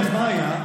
אם כן, מה היה?